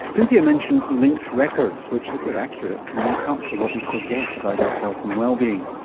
cynthia mentioned linked records which, if they're accurate, can make up for what we forget about our health and wellbeing.